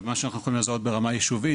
זאת אומרת מה שאנחנו יכולים לעשות ברמה יישובית